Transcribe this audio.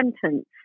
sentence